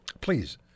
please